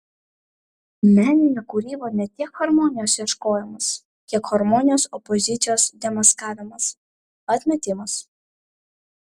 meninė kūryba ne tiek harmonijos ieškojimas kiek harmonijos opozicijos demaskavimas atmetimas